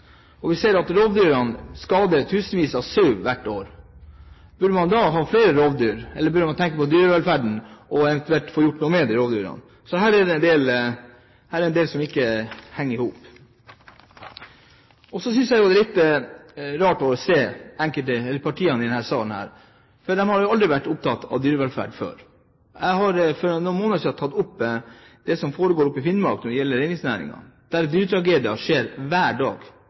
vi skal ha flere rovdyr: Vi ser at rovdyrene skader tusenvis av sauer hvert år. Burde man da ha flere rovdyr, eller burde man tenke på dyrevelferden og eventuelt få gjort noe med rovdyrene? Her er det en del som ikke henger i hop. Jeg synes det er litt rart å høre enkelte partier i denne salen her som aldri har vært opptatt av dyrevelferd før. Jeg tok for noen måneder siden opp det som foregår i Finnmark når det gjelder reindriftsnæringen, der dyretragedier skjer hver dag.